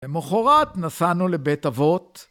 במחרת נסענו לבית אבות.